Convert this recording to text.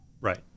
Right